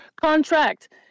Contract